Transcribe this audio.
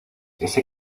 ese